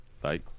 Bye